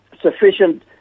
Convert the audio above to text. sufficient